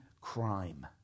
crime